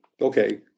okay